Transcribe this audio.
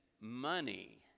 money